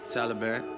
Taliban